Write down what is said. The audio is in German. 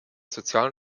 sozialen